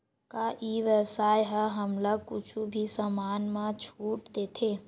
का ई व्यवसाय ह हमला कुछु भी समान मा छुट देथे?